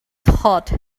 hot